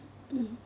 mm